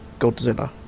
Godzilla